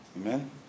Amen